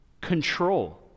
control